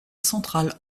centrale